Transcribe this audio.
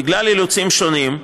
בגלל אילוצים שונים,